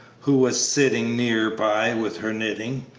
who was sitting near by with her knitting,